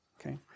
okay